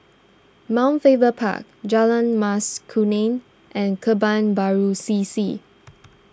Mount Faber Park Jalan Mas Kuning and Kebun Baru C C